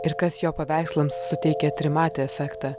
ir kas jo paveikslams suteikia trimatį efektą